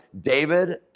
David